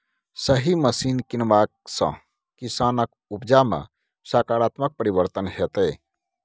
सही मशीन कीनबाक सँ किसानक उपजा मे सकारात्मक परिवर्तन हेतै